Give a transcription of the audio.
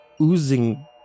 oozing